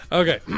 okay